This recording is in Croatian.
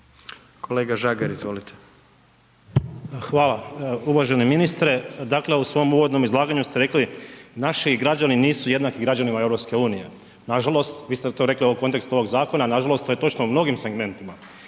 Tomislav (HSU)** Hvala. Uvaženi ministre. Dakle u svom uvodnom izlaganju ste rekli, naši građani nisu jednaki građanima EU. Nažalost, vi ste to rekli u kontekstu ovog zakona, a nažalost to je točno u mnogim segmentima.